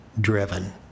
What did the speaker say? driven